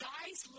Guys